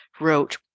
wrote